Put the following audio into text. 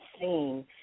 seen